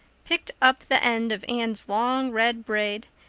picked up the end of anne's long red braid,